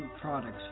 products